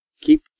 keep